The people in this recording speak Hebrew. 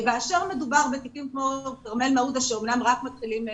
כאשר מדובר בתיקים כמו כרמל מעודה שאמנם רק מתחילים,